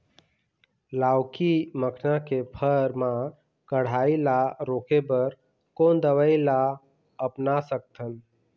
लाउकी मखना के फर मा कढ़ाई ला रोके बर कोन दवई ला अपना सकथन?